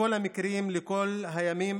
לכל המקרים, לכל הימים.